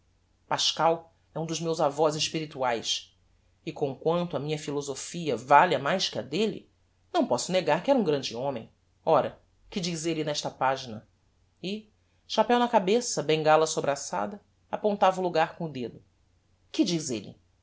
pascal é um dos meus avós espirituaes e çomquanto a minha philosophia valha mais que a delle não posso negar que era um grande homem ora que diz elle nesta pagina e chapéu na cabeça bengala sobraçada apontava o logar com o dedo que diz elle